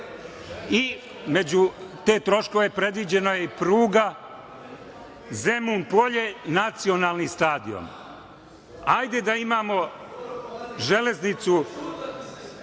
tim troškovima predviđena je i pruga Zemun polje - nacionalni stadion. Ajde da imamo železnicu,